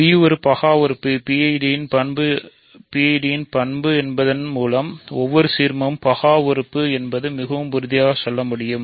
b பகா உறுப்பு ஒரு PIDயின் பண்பு என்பதால் ஒவ்வொரு சீர்மமும் பகா உறுப்பு என்பது மிகவும் உறுதியாக சொல்ல முடியும்